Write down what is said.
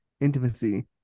intimacy